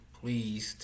please